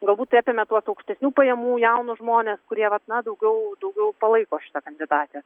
galbūt tai apėmė tuos aukštesnių pajamų jaunus žmones kurie vat na daugiau daugiau palaiko šitą kandidatę